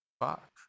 Fuck